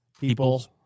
people